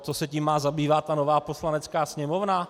To se tím má zabývat nová Poslanecká sněmovna?